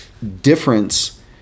difference